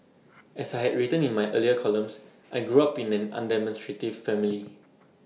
as I had written in my earlier columns I grew up in an undemonstrative family